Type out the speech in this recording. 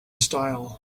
style